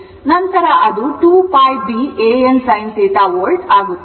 ನಂತರ ಅದು 2 π B a n sin θ volt ಆಗುತ್ತದೆ